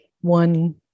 one